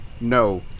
no